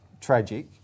tragic